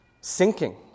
sinking